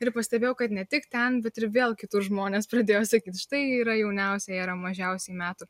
ir pastebėjau kad ne tik ten bet ir vėl kitur žmonės pradėjo sakyti štai yra jauniausia yra mažiausiai metų